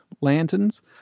lanterns